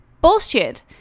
Bullshit